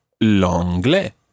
l'anglais